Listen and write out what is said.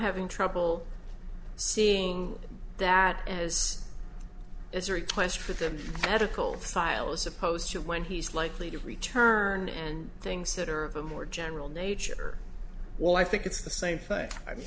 having trouble seeing that as as a request for the medical file as opposed to when he's likely to return and things that are of a more general nature will i think it's the same thing i